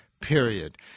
period